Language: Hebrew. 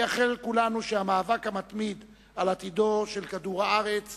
נייחל כולנו שהמאבק המתמיד על עתידו של כדור-הארץ